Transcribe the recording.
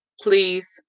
please